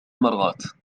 مرات